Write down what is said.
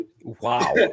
wow